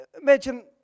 Imagine